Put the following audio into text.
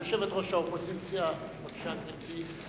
יושבת-ראש האופוזיציה, בבקשה, גברתי.